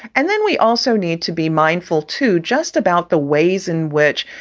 and then we also need to be mindful, too, just about the ways in which,